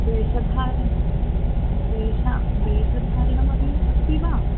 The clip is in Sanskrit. वेषधरः वेषः वेषधारणमपि अस्ति वा